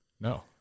No